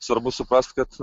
svarbu suprast kad